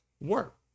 work